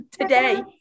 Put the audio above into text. today